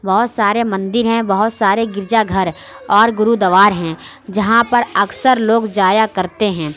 بہت سارے مندر ہیں بہت سارے گرجا گھر اور گردوارا ہیں جہاں پر اکثر لوگ جایا کرتے ہیں